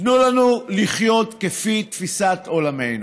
תנו לנו לחיות לפי תפיסת עולמנו.